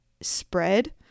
spread